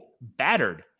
battered